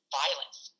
violence